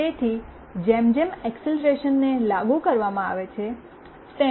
તેથી જેમ જેમ એકસેલરેશનને લાગુ કરવામાં આવે છે તેમ એક બળ વિકસિત થાય છે